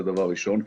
זה דבר ראשון,